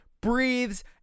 breathes